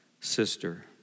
sister